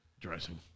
dressing